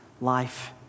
life